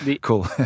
cool